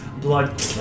blood